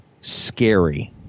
scary